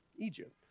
Egypt